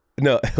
no